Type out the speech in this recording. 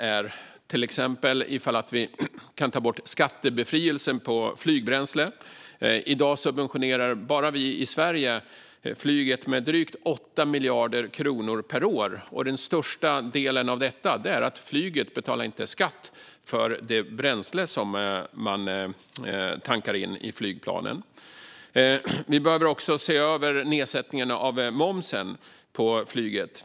Ett exempel är att ta bort skattebefrielsen på flygbränsle. I dag subventionerar bara vi i Sverige flyget med drygt 8 miljarder kronor per år. Den största delen av detta består i att flyget inte betalar skatt för det bränsle som man tankar in i flygplanen. Vi behöver också se över nedsättningen av momsen på flyg.